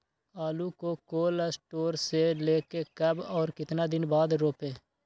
आलु को cold store से ले के कब और कितना दिन बाद रोपे?